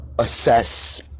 assess